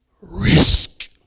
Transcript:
Risk